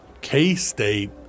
K-State